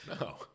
No